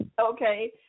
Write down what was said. Okay